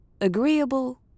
Agreeable